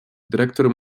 dyrektor